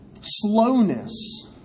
slowness